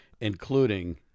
Including